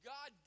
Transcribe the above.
God